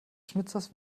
schnitzers